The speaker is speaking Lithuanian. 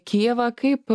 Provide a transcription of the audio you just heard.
kijevą kaip